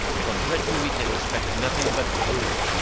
from britain we can expect nothing but ruin.